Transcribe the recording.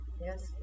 Yes